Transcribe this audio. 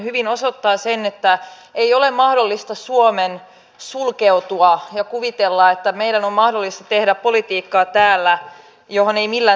on erittäin valitettavaa että monesta monesta yrityksestä huolimatta yhteiskuntasopimusta ei eteenpäin saatu ja täytyy sanoa että kyllä työmarkkinajärjestöjen toiminta tuntuu äärimmäisen vastuuttomalta tässä tilanteessa missä tällä hetkellä ollaan